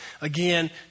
Again